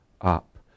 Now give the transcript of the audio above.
up